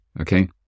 Okay